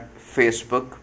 Facebook